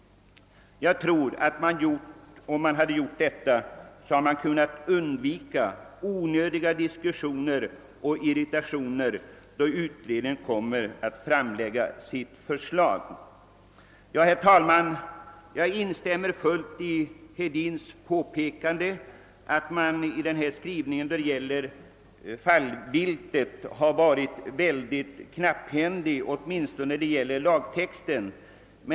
Jag tror nämligen att man därigenom hade kunnat undvika onödiga diskussioner och onödig irritation då utredningen framlägger sitt förslag. Herr talman! Jag instämmer helt och fullt i herr Hedins påpekande att skrivningen beträffande fallviltet är alltför knapphändig åtminstone då det gäller lagtexten.